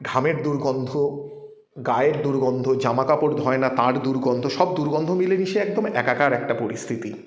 ঘামের দুর্গন্ধ গায়ের দুর্গন্ধ জামা কাপড় ধোয় না তার দুর্গন্ধ সব দুর্গন্ধ মিলেমিশে একদম একাকার একটা পরিস্থিতি